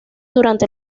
durante